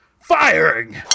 firing